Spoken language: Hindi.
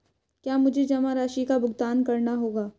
क्या मुझे जमा राशि का भुगतान करना होगा?